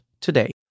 today